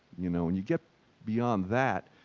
you know, and you get beyond that,